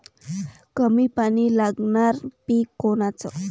कमी पानी लागनारं पिक कोनचं?